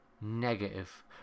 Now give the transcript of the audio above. negative